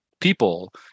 people